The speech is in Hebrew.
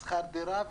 שכר דירה,